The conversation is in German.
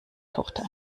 tochter